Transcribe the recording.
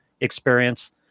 experience